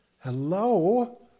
Hello